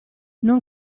non